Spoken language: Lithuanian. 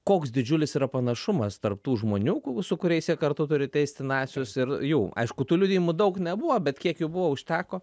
koks didžiulis yra panašumas tarp tų žmonių su kuriais jie kartu turi teisti nacius ir jų aišku tų liudijimų daug nebuvo bet kiek jų buvo užteko